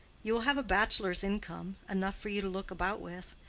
you will have a bachelor's income enough for you to look about with.